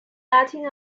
latin